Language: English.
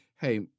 Hey